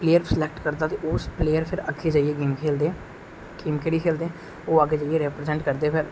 player select करदा ते ओह् उस प्लेयर फिर अग्गे जेइयै गेम खेलदे गैम केह्डी खैलदे